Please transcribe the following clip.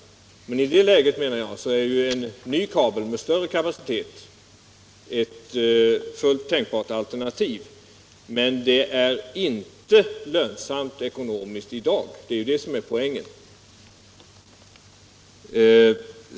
I det läget är en ny kabel med större kapacitet ett fullt tänkbart alternativ — men det är inte lönsamt ekonomiskt i dag, det är ju det som är poängen.